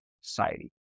society